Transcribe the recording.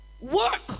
work